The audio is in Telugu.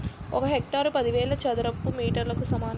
ఒక హెక్టారు పదివేల చదరపు మీటర్లకు సమానం